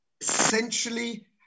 essentially